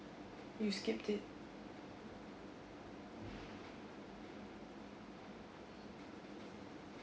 you skipped it